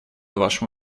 вашим